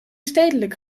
stedelijk